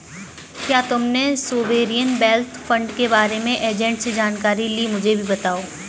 क्या तुमने sovereign wealth fund के बारे में एजेंट से जानकारी ली, मुझे भी बताओ